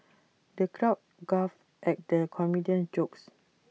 the crowd guffawed at the comedian's jokes